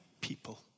people